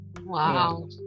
Wow